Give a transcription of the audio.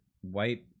white